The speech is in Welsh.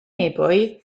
ebwy